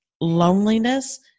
loneliness